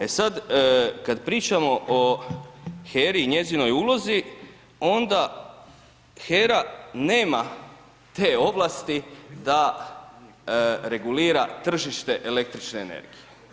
E sad, kad pričamo o HERI i njezinoj ulozi onda HERA nema te ovlasti da regulira tržište električne energije.